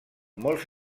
molts